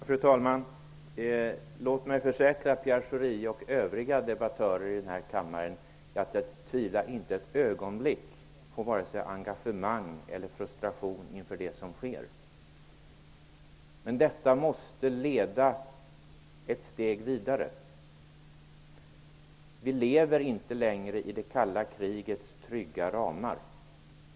Fru talman! Låt mig försäkra Pierre Schori och övriga debattörer i denna kammare att jag tvivlar inte ett ögonblick på vare sig engagemanget eller frustrationen inför det som sker. Men detta måste leda ett steg vidare. Vi lever inte längre i det kalla krigets trygga ramar.